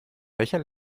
welcher